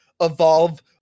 evolve